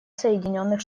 соединенных